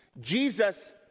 Jesus